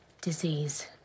disease